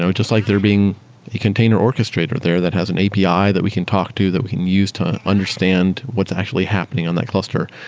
and just like there being a container orchestrator there that has an api that we can talk to, that we can use to understand what's actually happening on that cluster,